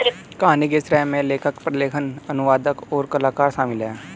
कहानी के श्रेय में लेखक, प्रलेखन, अनुवादक, और कलाकार शामिल हैं